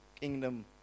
kingdom